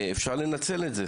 אפשר לנצל את זה.